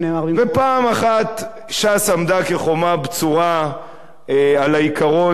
ופעם אחת ש"ס עמדה כחומה בצורה על העיקרון של: